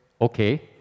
okay